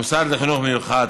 מוסד לחינוך מיוחד,